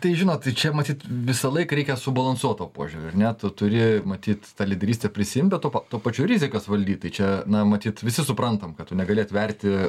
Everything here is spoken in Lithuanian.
tai žinot tai čia matyt visą laiką reikia subalansuoto požiūrio ar ne tu turi matyt ta lyderystę prisiimt bet tuo pa pačiu rizikas valdyt tai čia na matyt visi suprantam kad tu negali atverti